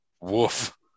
Woof